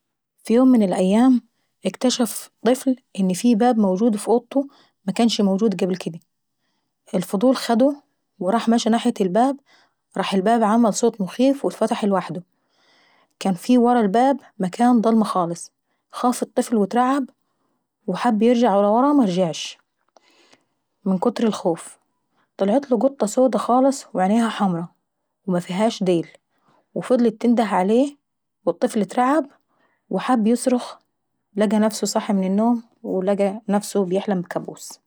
في يوم من الأيام اكتشف طفل ان في باب موجود في اوضته مكنش موجود قبل كديه. الفضول خده وراح مشى ناحية الباب راح الباب عمل صوت مخيف وراح اتفتح الوحده. كان ف ورا الباب مكان ضلمة خالص، فخاف الطفل واترعب وحب يرجع لورا، مرجعش من كتر الخوف. طلعتله قطة سودا خالص وعينها حمرا ومفيهاش ديل. وفضلت تنده عليه والطفل اترعب وحب يصرخ لقى نفسه صاحي من النوم ولقى نفسه في كابوس.